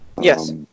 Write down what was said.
Yes